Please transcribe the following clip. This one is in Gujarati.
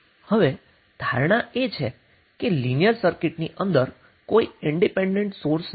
હવે ધારણા એ છે કે લિનિયર સર્કિટની અંદર કોઈ ઇન્ડિપેન્ડન્ટ સોર્સ નથી